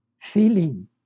feeling